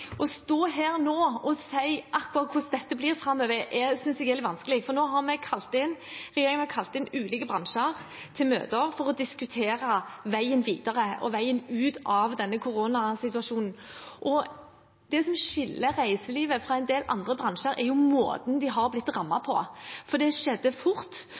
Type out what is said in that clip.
å diskutere veien videre og veien ut av denne koronasituasjonen. Det som skiller reiselivet fra en del andre bransjer, er måten den har blitt rammet på. Det skjedde fort, og det kommer til å vare lenge for